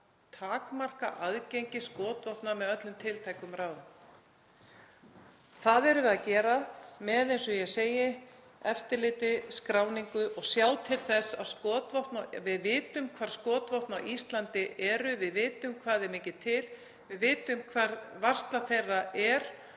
takmarka aðgengi að skotvopnum með öllum tiltækum ráðum. Það erum við að gera með, eins og ég segi, eftirliti og skráningu og sjá til þess að við vitum hvar skotvopn á Íslandi eru, vitum hvað er mikið til, vitum hvar varsla þeirra er